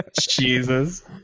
Jesus